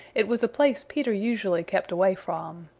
it was a place peter usually kept away from.